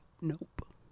Nope